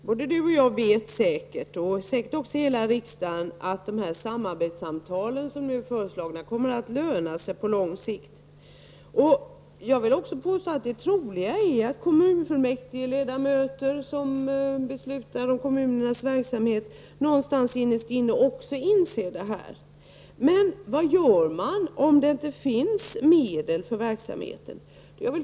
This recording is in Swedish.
Herr talman! Både Gunilla Andersson och jag vet -- och säkert också hela riksdagen -- att de här samarbetssamtalen, som nu är föreslagna, kommer att löna sig på långt sikt. Och jag vill påstå att det är troligt att kommunfullmäktigeledamöter, som beslutar om kommunernas verksamhet, innerst inne också inser detta. Men vad gör man om det inte finns medel för verksamheten?